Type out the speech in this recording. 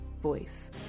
voice